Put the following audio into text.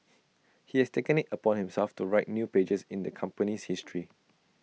he has taken IT upon himself to write new pages in the company's history